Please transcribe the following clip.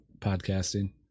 podcasting